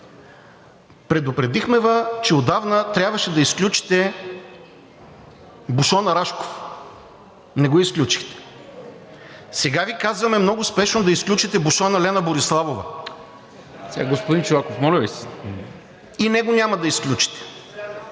Предупредихме Ви, че отдавна трябваше да изключите бушона Рашков – не го изключихте. Сега Ви казваме много спешно да изключите бушона Лена Бориславова. (Възгласи: